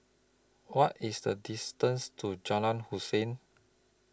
What IS The distance to Jalan Hussein